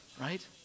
right